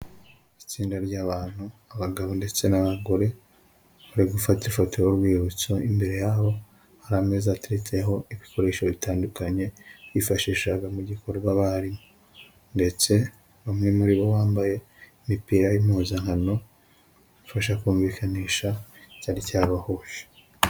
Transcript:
Itsinda ry'abantu abagabo ndetse n'abagore bari gufata ifoto y'urwibutso imbere yaho hari ameza ateketseho ibikoresho bitandukanye bifashishaga mu gikorwa bari ndetse bamwe muri bo bambaye imipira y'impuzankano ibafasha kumvikanisha cyari cyabahuje.